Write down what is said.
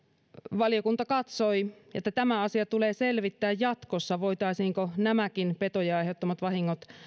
valiokunta katsoi että tämä asia tulee selvittää jatkossa voitaisiinko nämäkin petojen aiheuttamat vahingot